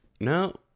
No